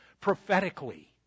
prophetically